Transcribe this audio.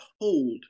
hold